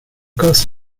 caused